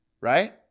Right